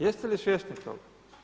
Jeste li svjesni toga?